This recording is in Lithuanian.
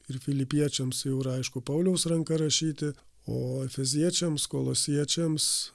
ir filipiečiams jau yra aišku pauliaus ranka rašyti o efeziečiams kolosiečiams